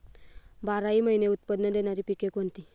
बाराही महिने उत्त्पन्न देणारी पिके कोणती?